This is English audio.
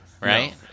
Right